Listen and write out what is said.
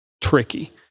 tricky